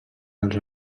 dels